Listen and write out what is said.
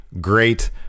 great